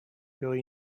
your